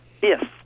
Yes